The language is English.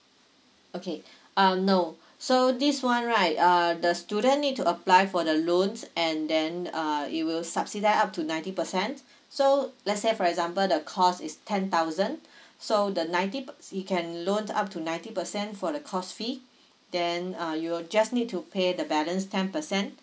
okay um no so this one right err the student need to apply for the loans and then uh it will subsidize up to ninety percent so let's say for example the cost is ten thousand so the ninety per~ you can loan up to ninety percent for the cost fee then uh you will just need to pay the balance ten percent